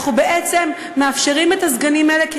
אנחנו בעצם מאפשרים את הסגנים האלה כי